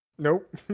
Nope